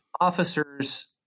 Officers